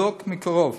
לבדוק מקרוב